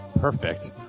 Perfect